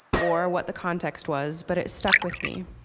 or what the context was, but it stuck with me